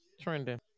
trending